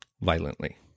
violently